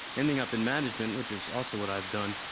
ending up in management, which is also what i've done,